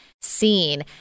seen